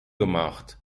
gemacht